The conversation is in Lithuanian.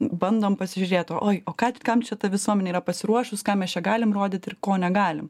bandom pasižiūrėt o oj o kad kam čia ta visuomenė yra pasiruošus ką mes čia galim rodyt ir ko negalim